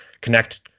connect